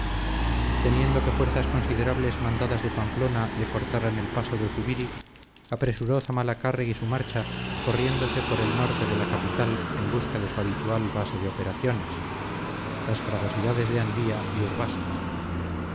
temiendo que fuerzas considerables mandadas de pamplona le cortaran el paso de zubiri apresuró zumalacárregui su marcha corriéndose por el norte de la capital en busca de su habitual base de operaciones las fragosidades de andía y urbasa